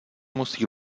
musí